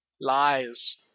Lies